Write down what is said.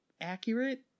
accurate